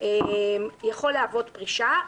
יכול להוות פרישה.